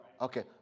Okay